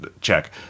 check